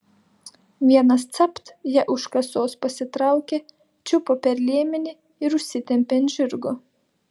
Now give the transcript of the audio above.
vienas capt ją už kasos prisitraukė čiupo per liemenį ir užsitempė ant žirgo